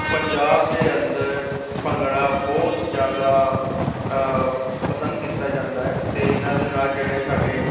ਪੰਜਾਬ ਦੇ ਅੰਦਰ ਭੰਗੜਾ ਬਹੁਤ ਜ਼ਿਆਦਾ ਪਸੰਦ ਕੀਤਾ ਜਾਂਦਾ ਹੈ ਅਤੇ ਇਨ੍ਹਾਂ ਦੇ ਨਾਲ ਜਿਹੜੇ ਸਾਡੇ